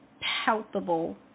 palpable